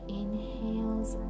inhales